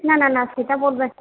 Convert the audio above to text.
না না না সেটা বলবেন